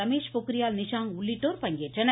ரமேஷ் பொக்ரியால் நிஷாங் உள்ளிட்டோர் பங்கேற்றனர்